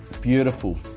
Beautiful